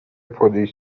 پلیس